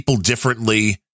differently